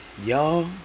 Y'all